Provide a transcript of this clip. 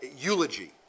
eulogy